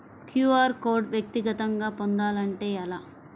QR code వ్యక్తిగతంగా పొందాలంటే ఎలా?